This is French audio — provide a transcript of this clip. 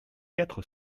quatre